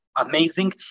amazing